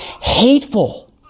hateful